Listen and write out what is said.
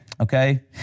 okay